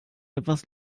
etwas